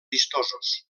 vistosos